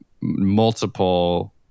multiple